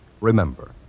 Remember